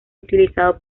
utilizado